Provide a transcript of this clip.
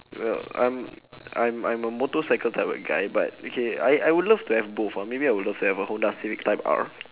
well I'm I'm I'm a motorcycle type of guy but okay I I would love to have both ah maybe I would love to have a honda civic type R